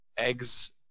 Eggs